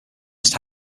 first